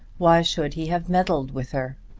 why should he have meddled with her?